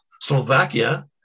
slovakia